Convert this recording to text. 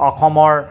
অসমৰ